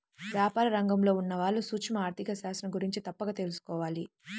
వ్యాపార రంగంలో ఉన్నవాళ్ళు సూక్ష్మ ఆర్ధిక శాస్త్రం గురించి తప్పక తెలుసుకోవాలి